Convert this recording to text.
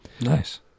Nice